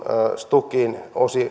stukin